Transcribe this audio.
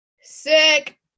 Sick